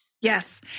Yes